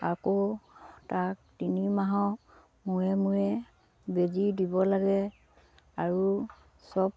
আকৌ তাক তিনিমাহক মূৰে মূৰে বেজি দিব লাগে আৰু চব